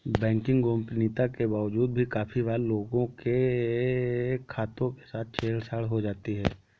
banking गोपनीयता के बावजूद भी काफी बार लोगों के खातों के साथ छेड़ छाड़ हो जाती है